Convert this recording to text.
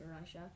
Russia